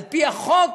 על פי החוק,